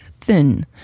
thin